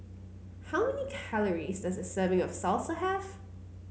how many calories does a serving of salsa have